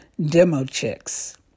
DemoChicks